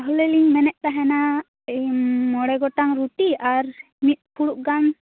ᱛᱟᱦᱚᱞᱮ ᱞᱤᱧ ᱢᱮᱱᱮᱫ ᱛᱟᱦᱮᱱᱟ ᱩᱸ ᱢᱚᱬᱮ ᱜᱚᱴᱟᱝ ᱨᱩᱴᱤ ᱟᱨ ᱢᱤᱫᱽ ᱯᱷᱩᱲᱩᱜ ᱜᱟᱱ